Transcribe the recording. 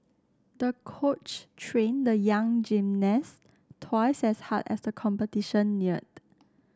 the coach trained the young gymnast twice as hard as the competition neared